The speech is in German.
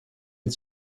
mit